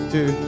Two